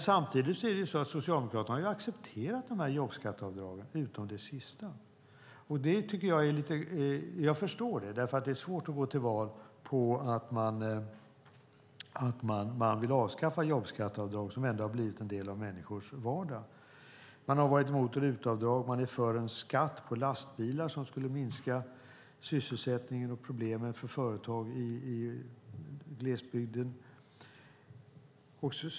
Samtidigt har Socialdemokraterna accepterat jobbskatteavdragen, utom det sista. Jag förstår det, för det är svårt att gå till val på att man vill avskaffa jobbskatteavdrag som har blivit en del av människors vardag. Man har varit emot RUT-avdrag, och man är för en skatt på lastbilar som skulle minska sysselsättningen och skapa problem för företag i glesbygden.